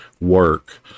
work